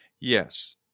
Yes